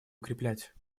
укреплять